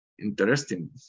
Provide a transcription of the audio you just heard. interesting